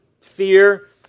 fear